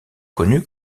connu